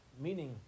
meaning